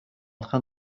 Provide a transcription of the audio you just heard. train